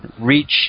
Reach